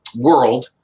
World